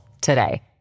today